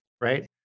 right